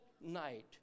night